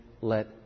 let